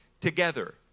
together